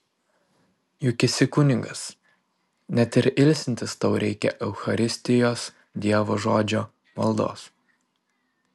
juk esi kunigas net ir ilsintis tau reikia eucharistijos dievo žodžio maldos